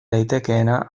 daitekeena